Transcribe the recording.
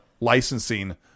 licensing